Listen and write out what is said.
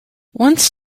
once